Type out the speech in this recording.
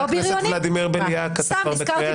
חבר הכנסת ולדימיר בליאק, אתה כבר בקריאה שנייה.